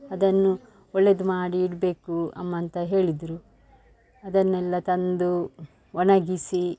ಅದನ್ನು ಒಳ್ಳೆಯದ್ ಮಾಡಿ ಇಡಬೇಕು ಅಮ್ಮ ಅಂತ ಹೇಳಿದರು ಅದನ್ನೆಲ್ಲ ತಂದು ಒಣಗಿಸಿ